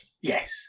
Yes